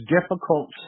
difficult